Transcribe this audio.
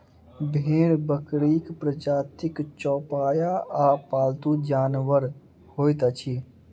भेंड़ बकरीक प्रजातिक चौपाया आ पालतू जानवर होइत अछि